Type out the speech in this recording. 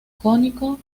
cónico